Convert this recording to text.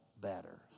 better